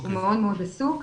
הוא מאוד מאוד עסוק.